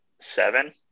seven